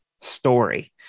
story